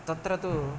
तत्र तु